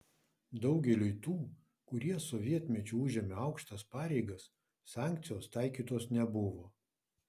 daugeliui tų kurie sovietmečiu užėmė aukštas pareigas sankcijos taikytos nebuvo